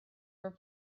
were